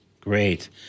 Great